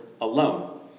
alone